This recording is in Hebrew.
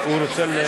הוא רוצה?